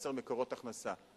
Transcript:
לייצר מקורות הכנסה.